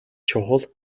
чухал